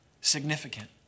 significant